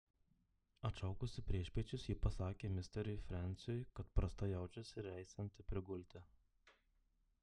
atšaukusi priešpiečius ji pasakė misteriui frensiui kad prastai jaučiasi ir eisianti prigulti